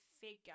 figure